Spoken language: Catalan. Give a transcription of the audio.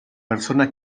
persona